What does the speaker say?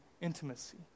intimacy